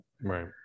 Right